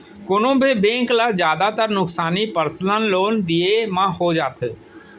कोनों भी बेंक ल जादातर नुकसानी पर्सनल लोन दिये म हो जाथे